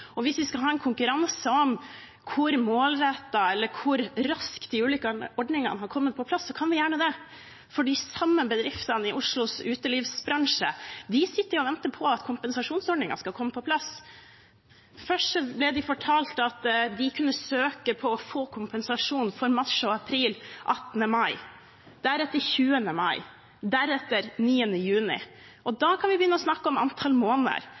Og hvis vi skal ha en konkurranse om hvor målrettet eller hvor raskt de ulike ordningene har kommet på plass, kan vi gjerne det, for de samme bedriftene i Oslos utelivsbransje sitter og venter på at kompensasjonsordningen skal komme på plass. Først ble de fortalt at de kunne søke på å få kompensasjon for mars og april 18. mai, deretter 20. mai, deretter 9. juni, og da kan vi begynne å snakke om antall måneder